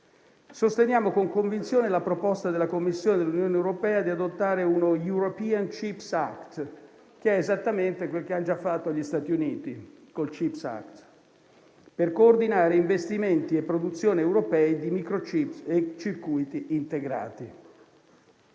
Sosteniamo con convinzione la proposta della Commissione dell'Unione europea di adottare uno *European Chips Act* (che è esattamente quello che hanno già fatto gli Stati Uniti con il *Chips Act*) per coordinare investimenti e produzione europei di *microchip* e circuiti integrati.